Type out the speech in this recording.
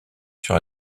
sur